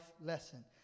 lesson